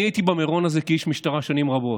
אני הייתי במירון הזה כאיש משטרה שנים רבות.